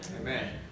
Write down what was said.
Amen